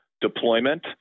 deployment